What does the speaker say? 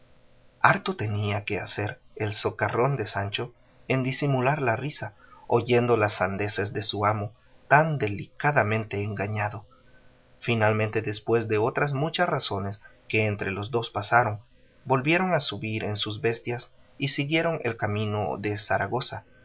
harto tenía que hacer el socarrón de sancho en disimular la risa oyendo las sandeces de su amo tan delicadamente engañado finalmente después de otras muchas razones que entre los dos pasaron volvieron a subir en sus bestias y siguieron el camino de zaragoza